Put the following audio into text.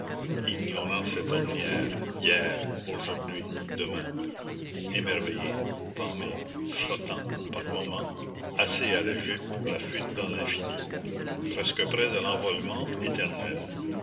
ignorant cette ornière hier aujourd'hui demain émerveillés pâmés flottants par moments assez allégés pour la fuite dans l'infini presque prêts à l'envolement éternel